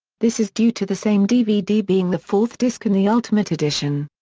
this is due to the same dvd being the fourth disc in the ultimate edition.